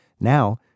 Now